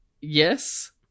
yes